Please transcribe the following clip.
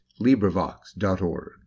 LibriVox.org